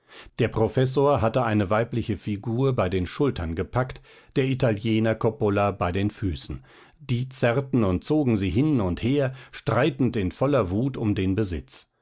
der professor hatte eine weibliche figur bei den schultern gepackt der italiener coppola bei den füßen die zerrten und zogen sie hin und her streitend in voller wut um den besitz